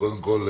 קודם כול,